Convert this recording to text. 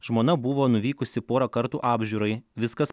žmona buvo nuvykusi porą kartų apžiūrai viskas